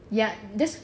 ya that's